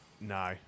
no